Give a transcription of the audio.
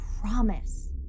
promise